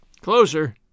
Closer